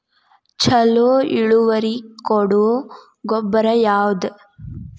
ಛಲೋ ಇಳುವರಿ ಕೊಡೊ ಗೊಬ್ಬರ ಯಾವ್ದ್?